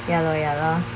ya lor ya lor